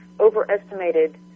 overestimated